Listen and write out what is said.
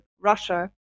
Russia